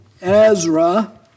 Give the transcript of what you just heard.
Ezra